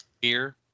beer